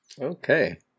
okay